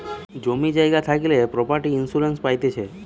জমি জায়গা থাকলে প্রপার্টি ইন্সুরেন্স পাইতিছে